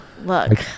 Look